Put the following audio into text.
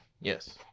Yes